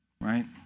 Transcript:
Right